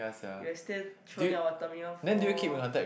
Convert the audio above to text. you are still throwing our term year four